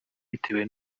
bitewe